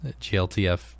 GLTF